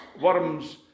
worms